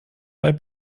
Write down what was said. bei